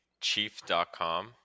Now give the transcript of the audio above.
chief.com